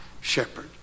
shepherd